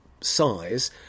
size